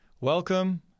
Welcome